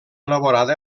elaborada